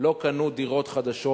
לא קנו דירות חדשות,